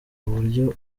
uburyo